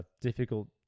difficult